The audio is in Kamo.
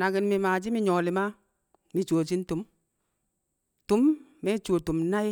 Na̱ki̱n mi̱ maashi̱ mi̱ nyu̱wwo̱ li̱ma̱ mi̱ cuwo shi̱ ntṵm. Tu̱m Me̱ cuwo tṵm nai̱,